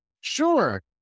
Sure